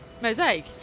mosaic